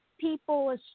people